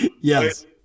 Yes